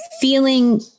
feeling